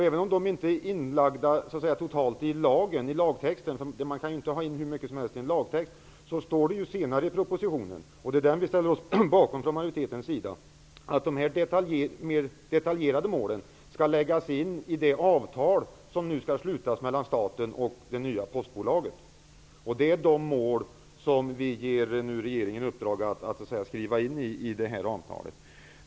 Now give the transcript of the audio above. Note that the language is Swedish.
Även om detaljerna inte finns i lagtexten står det i propositionen -- det är ju den som majoriteten ställer sig bakom -- att dessa mer detaljerade mål skall läggas in i det avtal som nu skall slutas mellan staten och det nya postbolaget. Man kan inte ha med hur mycket som helst i en lagtext. Dessa mål ger vi nu regeringen i uppdrag att skriva in i avtalet.